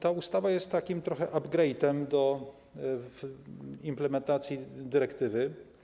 Ta ustawa jest takim trochę upgrade’em implementacji dyrektywy.